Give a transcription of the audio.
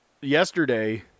yesterday